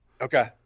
okay